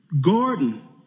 garden